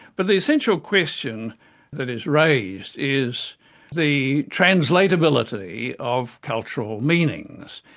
but the essential question that is raised is the translatability of cultural meanings,